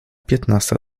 piętnasta